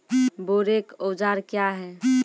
बोरेक औजार क्या हैं?